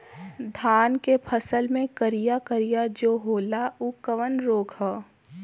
धान के फसल मे करिया करिया जो होला ऊ कवन रोग ह?